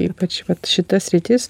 ypač vat šita sritis